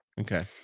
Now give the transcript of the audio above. okay